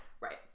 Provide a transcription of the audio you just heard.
right